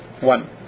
one